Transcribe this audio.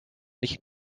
nicht